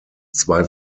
zwei